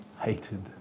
hated